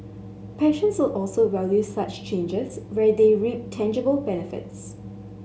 patients will also value such changes where they reap tangible benefits